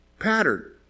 Pattern